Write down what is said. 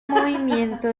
movimiento